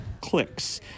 clicks